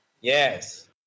Yes